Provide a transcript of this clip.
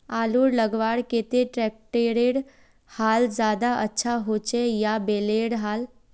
आलूर लगवार केते ट्रैक्टरेर हाल ज्यादा अच्छा होचे या बैलेर हाल?